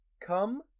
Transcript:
Come